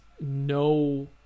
no